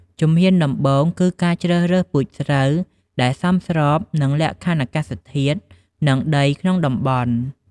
ជំហានដំបូងគឺ ការជ្រើសរើសពូជស្រូវ ដែលសមស្របនឹងលក្ខខណ្ឌអាកាសធាតុ និងដីក្នុងតំបន់។